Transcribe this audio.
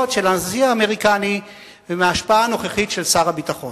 של הנשיא האמריקני ומההשפעה הנוכחית של שר הביטחון.